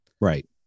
Right